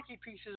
pieces